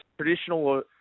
traditional